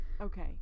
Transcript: okay